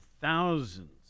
thousands